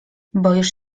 boisz